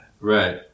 Right